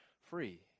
free